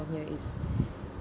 down here